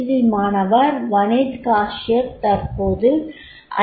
D மாணவர் வனீத் காஷ்யப் தற்போது ஐ